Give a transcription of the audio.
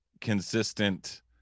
consistent